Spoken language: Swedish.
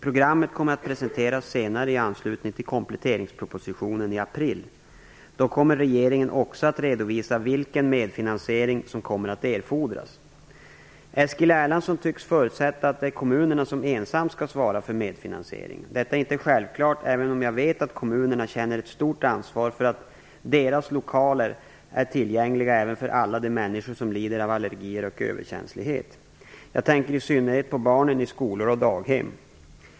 Programmet kommer att presenteras senare i anslutning till kompletteringspropositionen i april. Då kommer regeringen också att redovisa vilken medfinansiering som kommer att erfordras. Eskil Erlandsson tycks förutsätta att det är kommunerna som ensamma skall svara för medfinansieringen. Detta är inte självklart, även om jag vet att kommunerna känner ett stort ansvar för att deras lokaler är tillgängliga även för alla de människor som lider av allergier och överkänslighet. Jag tänker i synnerhet på barnen i skolor och på daghem.